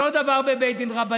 אותו דבר בבית דין רבני,